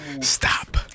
Stop